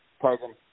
program